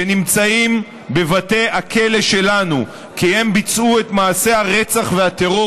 שנמצאים בבתי הכלא שלנו כי הם ביצעו את מעשי הרצח והטרור